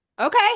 Okay